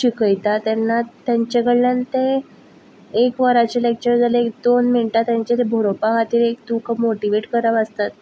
शिकयतात तेन्ना तेंचे कडल्यान तें एक वरांचे लेक्चर जाल्यार एक दोन मिनटां तांचें तें बरोवपा खातीर तुमकां एक मोटीवेट करप आसता